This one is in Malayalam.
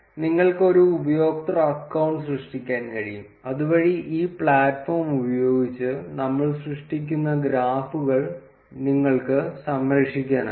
നിങ്ങൾക്ക് ഒരു ഉപയോക്തൃ അക്കൌണ്ട് സൃഷ്ടിക്കാൻ കഴിയും അതുവഴി ഈ പ്ലാറ്റ്ഫോം ഉപയോഗിച്ച് നമ്മൾ സൃഷ്ടിക്കുന്ന ഗ്രാഫുകൾ നിങ്ങൾക്ക് സംരക്ഷിക്കാനാകും